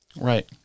Right